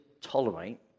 tolerate